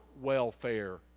welfare